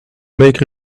make